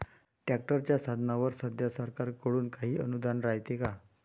ट्रॅक्टरच्या साधनाईवर सध्या सरकार कडून काही अनुदान रायते का?